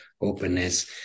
openness